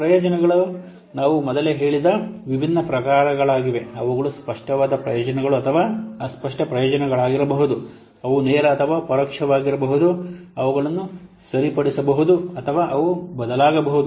ಪ್ರಯೋಜನಗಳು ನಾವು ಮೊದಲೇ ನೋಡಿದ ವಿಭಿನ್ನ ಪ್ರಕಾರಗಳಾಗಿವೆ ಅವುಗಳು ಸ್ಪಷ್ಟವಾದ ಪ್ರಯೋಜನಗಳು ಅಥವಾ ಅಸ್ಪಷ್ಟ ಪ್ರಯೋಜನಗಳಾಗಿರಬಹುದು ಅವು ನೇರ ಅಥವಾ ಪರೋಕ್ಷವಾಗಿರಬಹುದು ಅವುಗಳನ್ನು ಸರಿಪಡಿಸಬಹುದು ಅಥವಾ ಅವು ಬದಲಾಗಬಹುದು